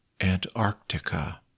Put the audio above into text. Antarctica